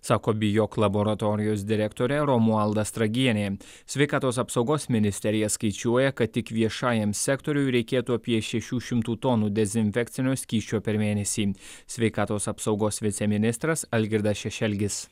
sako bijok laboratorijos direktorė romualda stragienė sveikatos apsaugos ministerija skaičiuoja kad tik viešajam sektoriui reikėtų apie šešių šimtų tonų dezinfekcinio skysčio per mėnesį sveikatos apsaugos viceministras algirdas šešelgis